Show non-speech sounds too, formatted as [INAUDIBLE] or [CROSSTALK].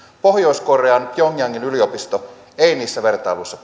pohjois korean pjongjangin yliopisto ei niissä vertailuissa [UNINTELLIGIBLE]